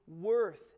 worth